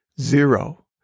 Zero